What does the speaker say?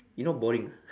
you not boring ah